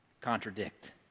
contradict